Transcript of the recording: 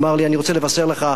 הוא אמר לי: אני רוצה לבשר לך,